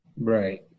Right